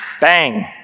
bang